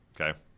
okay